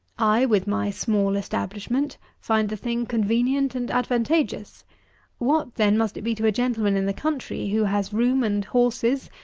i, with my small establishment, find the thing convenient and advantageous what then must it be to a gentleman in the country who has room and horses,